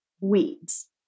weeds